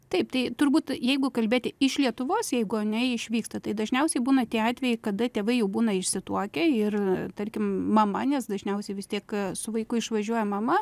taip tai turbūt jeigu kalbėti iš lietuvos jeigu ane išvyksta tai dažniausiai būna tie atvejai kada tėvai jau būna išsituokę ir tarkim mama nes dažniausiai vis tiek su vaiku išvažiuoja mama